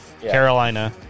Carolina